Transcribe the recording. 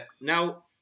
Now